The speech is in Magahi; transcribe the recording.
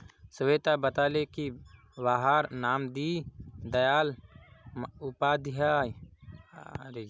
स्वेता बताले की वहार नाम दीं दयाल उपाध्याय अन्तोदय योज्नार लाभार्तिर सूचित नी छे